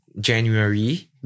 January